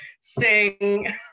sing